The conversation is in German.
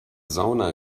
sauna